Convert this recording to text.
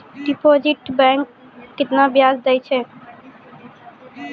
Deposit पर bank केतना ब्याज दै छै?